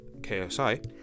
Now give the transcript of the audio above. KSI